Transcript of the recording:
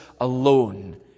alone